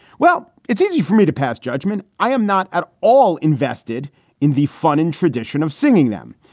well, it's easy for me to pass judgment. i am not at all invested in the fun and tradition of singing them.